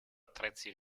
attrezzi